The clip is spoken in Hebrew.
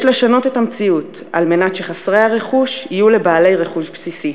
יש לשנות את המציאות על מנת שחסרי הרכוש יהיו לבעלי רכוש בסיסי,